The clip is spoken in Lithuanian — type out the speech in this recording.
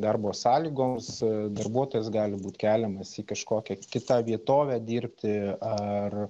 darbo sąlygoms darbuotojas gali būt keliamas į kažkokią kitą vietovę dirbti ar